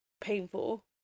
painful